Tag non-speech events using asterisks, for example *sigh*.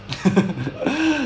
*laughs*